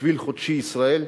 "שביל חודשי ישראל",